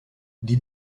die